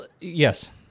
yes